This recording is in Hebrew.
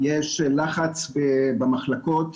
יש לחץ במחלקות